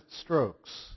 strokes